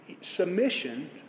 Submission